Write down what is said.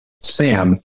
SAM